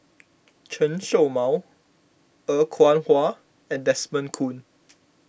Chen Show Mao Er Kwong Wah and Desmond Kon